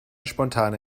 spontane